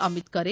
Amit Khare